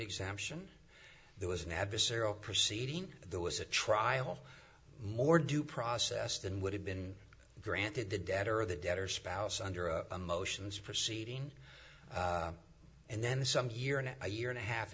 exemption there was an adversarial proceeding there was a trial more due process than would have been granted the debtor or the debtor spouse under motions proceeding and then some year and a year and a half